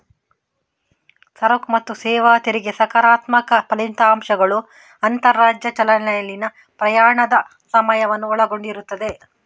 ಸರಕು ಮತ್ತು ಸೇವಾ ತೆರಿಗೆ ಸಕಾರಾತ್ಮಕ ಫಲಿತಾಂಶಗಳು ಅಂತರರಾಜ್ಯ ಚಲನೆಯಲ್ಲಿನ ಪ್ರಯಾಣದ ಸಮಯವನ್ನು ಒಳಗೊಂಡಿರುತ್ತದೆ